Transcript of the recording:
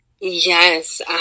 Yes